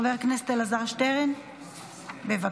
חבר הכנסת אלעזר שטרן, בבקשה.